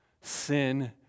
Sin